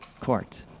court